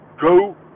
go